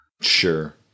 Sure